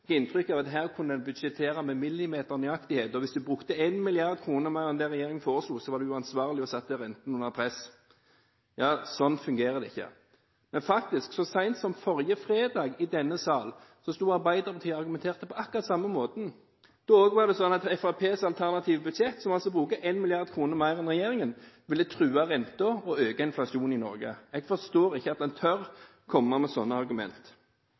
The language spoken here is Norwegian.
inntrykk av at her kunne en budsjettere med millimeternøyaktighet, og hvis du brukte 1 mrd. kr mer enn det regjeringen foreslo, var du uansvarlig og satte renten under press, at sånn fungerer det ikke. Faktisk så sent som forrige fredag sto Arbeiderpartiet i denne sal og argumenterte på akkurat samme måten. Da var det også sånn at Fremskrittspartiets alternative budsjett, hvor vi altså bruker 1 mrd. kr mer enn regjeringen, ville true renten og øke inflasjonen i Norge. Jeg forstår ikke at en tør komme med sånne